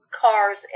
cars